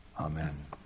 Amen